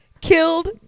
Killed